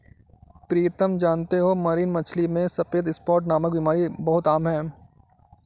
प्रीतम जानते हो मरीन मछली में सफेद स्पॉट नामक बीमारी बहुत आम है